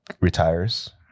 retires